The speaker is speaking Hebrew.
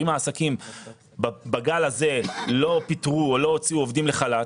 אם העסקים בגל הזה לא פיטרו או לא הוציאו עובדים לחל"ת,